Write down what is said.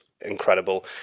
incredible